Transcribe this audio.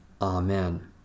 Amen